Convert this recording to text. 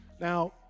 Now